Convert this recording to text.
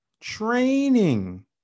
training